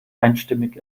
einstimmig